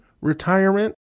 retirement